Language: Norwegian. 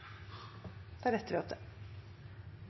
de satsingene vi har. Det